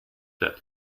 that